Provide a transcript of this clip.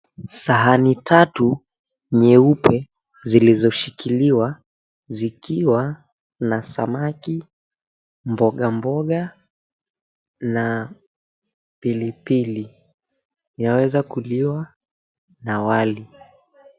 Sahani tatu nyeupe zilizoshikiliwa zikiwa na samaki, mboga mboga na pilipili inaweza kuliwa na wali.